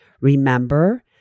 Remember